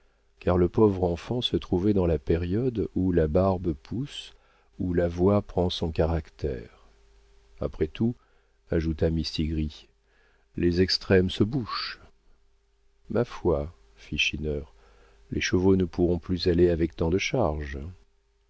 car le pauvre enfant se trouvait dans la période où la barbe pousse où la voix prend son caractère après tout ajouta mistigris les extrêmes se bouchent ma foi fit schinner les chevaux ne pourront plus aller avec tant de charges